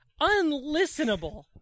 unlistenable